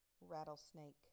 rattlesnake